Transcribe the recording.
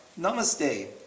Namaste